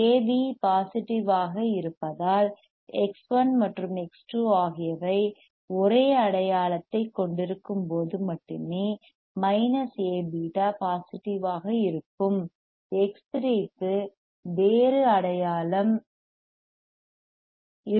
we AV positive ஆக இருப்பதால் X1 மற்றும் X2 ஆகியவை ஒரே அடையாளத்தைக் கொண்டிருக்கும்போது மட்டுமே மைனஸ் A பீட்டா பாசிடிவ் ஆக இருக்கும் X3 க்கு வேறு அடையாளம் இருக்கும்